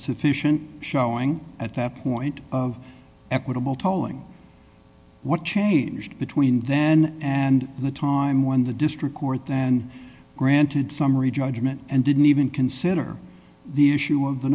sufficient showing at that point of equitable tolling what changed between then and the time when the district court and granted summary judgment and didn't even consider the issue of the